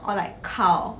or like cow